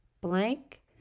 blank